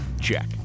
check